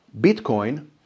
Bitcoin